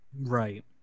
Right